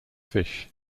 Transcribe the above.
fish